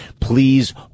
please